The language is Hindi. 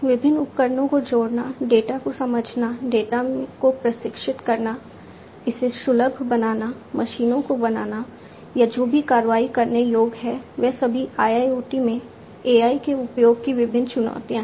विभिन्न उपकरणों को जोड़ना डेटा को समझना डेटा को प्रशिक्षित करना इसे सुलभ बनाना मशीनों को बनाना या जो भी कार्रवाई करने योग्य हैं वे सभी IIoT में AI के उपयोग की विभिन्न चुनौतियां हैं